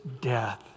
death